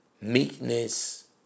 meekness